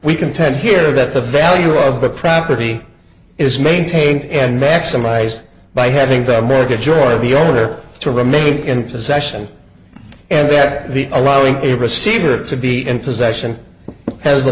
we contend here that the value of the property is maintained and maximized by having the mortgage joy of the owner to remain in possession and that the allowing a receiver to be in possession has the